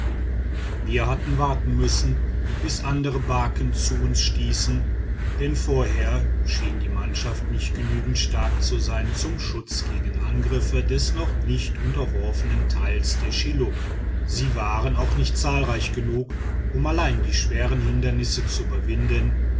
wir hatten warten müssen bis andere barken zu uns stießen denn vorher schien die mannschaft nicht genügend stark zu sein zum schutz gegen angriffe des noch nicht unterworfenen teils der schilluk sie war auch nicht zahlreich genug um allein die schweren hindernisse zu überwinden